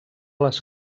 les